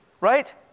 right